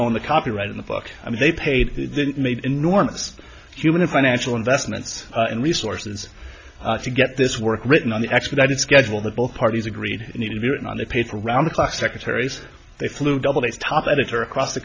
own the copyright in the book i mean they paid made enormous human and financial investments and resources to get this work written on the expedited schedule that both parties agreed need to be written on the paper around the clock secretaries they flew double days top editor across the